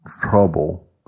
trouble